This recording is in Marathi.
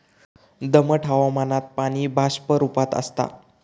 दमट हवामानात पाणी बाष्प रूपात आसता